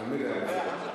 תמיד היה לצדו.